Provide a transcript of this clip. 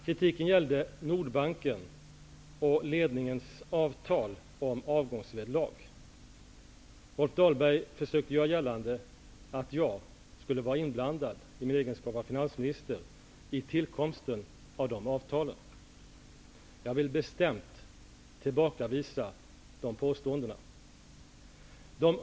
Kritiken gällde Nordbanken och ledningens avtal om avgångsvederlag. Rolf Dahlberg försökte göra gällande att jag, i min egenskap av finansminister, skulle vara inblandad vid tillkomsten av de avtalen. Jag vill bestämt tillbakavisa de påståendena.